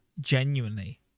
genuinely